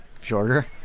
shorter